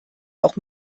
auch